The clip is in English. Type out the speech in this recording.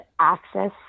access